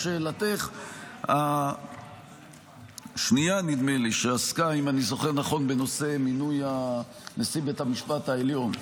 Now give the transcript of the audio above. לשאלתך השנייה שעסקה בנושא מינוי נשיא בית המשפט העליון.